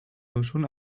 duzun